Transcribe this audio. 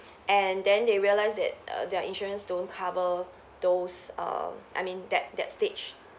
and then they realised that err their insurance don't cover those err I mean that that stage